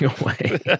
away